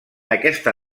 aquesta